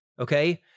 okay